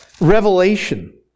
Revelation